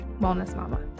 wellnessmama